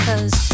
Cause